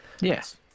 Yes